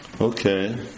okay